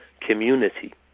community